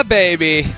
baby